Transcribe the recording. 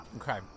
Okay